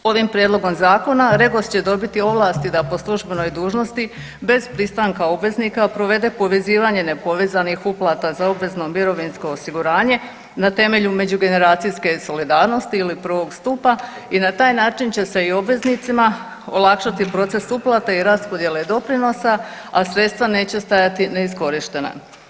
Ovim prijedlogom zakona REGOS će dobit ovlasti da po službenoj dužnosti bez pristanka obveznika provede povezivanje nepovezanih uplata za obvezno mirovinsko osiguranje na temelju međugeneracijske solidarnosti ili prvog stupa i na taj način će i obveznicima olakšati proces uplate i raspodjele doprinosa, a sredstva neće stajati neiskorištena.